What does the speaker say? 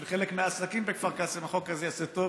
חלק מהעסקים בכפר קאסם החוק הזה יעשה טוב.